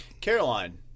Caroline